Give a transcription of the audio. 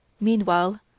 Meanwhile